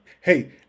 hey